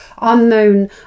unknown